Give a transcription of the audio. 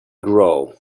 grow